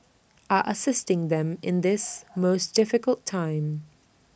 are assisting them in this most difficult time